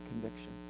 conviction